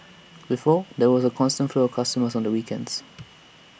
before there was A constant flow of customers on weekends